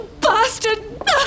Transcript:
bastard